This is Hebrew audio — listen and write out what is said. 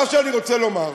מה שאני רוצה לומר,